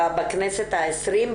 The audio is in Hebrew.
בכנסת ה-20,